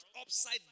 upside